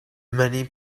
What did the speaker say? many